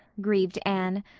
grieved anne.